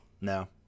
No